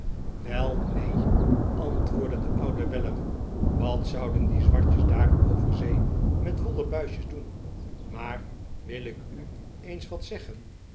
wel neen antwoordde de oude weller wat zouden die zwartjes daar over zee met wollen buisjes doen maar wil ik u eens wat zeggen